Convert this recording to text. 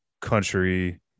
country